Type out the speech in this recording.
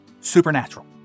supernatural